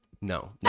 no